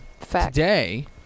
Today